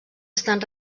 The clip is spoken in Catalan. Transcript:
estan